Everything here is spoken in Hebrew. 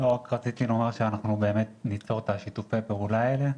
רציתי לומר שניצור את שיתופי הפעולה האלה,